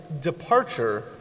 departure